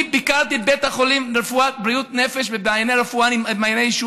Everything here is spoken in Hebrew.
אני ביקרתי בבית החולים לבריאות הנפש מעייני הישועה.